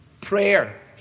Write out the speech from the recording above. Prayer